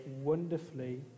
wonderfully